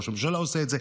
ראש הממשלה עושה את זה,